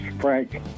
Frank